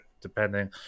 depending